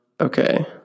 okay